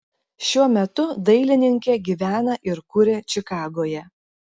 šiuo metu dailininkė gyvena ir kuria čikagoje